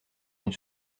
une